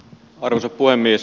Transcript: arvoisa puhemies